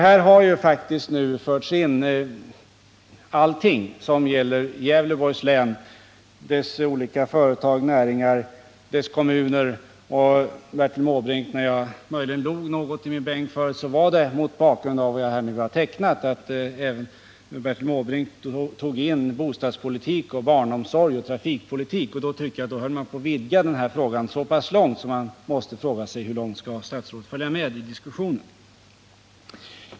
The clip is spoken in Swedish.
Här har faktiskt nu förts in allting som gäller Gävleborgs län: dess olika företag och näringar, dess kommuner m.m. Och, Bertil Måbrink, när jag möjligen log något i min bänk var det mot bakgrund av vad jag nu har tecknat. Bertil Måbrink tog i sitt anförande upp bostadspolitik, barnomsorg och trafikpolitik. Då tyckte jag att han höll på att vidga den här debatten så pass långt att man måste fråga sig hur långt ett statsråd skall följa med i diskussionen.